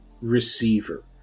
receiver